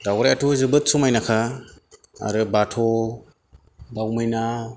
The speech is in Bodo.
दाउरायाथ' जोबोद समायनाखा आरो बाथ' दाउमैना